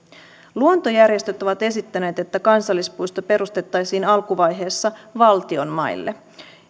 luontojärjestöt ovat esittäneet että kansallispuisto perustettaisiin alkuvaiheessa valtion maille